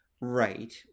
Right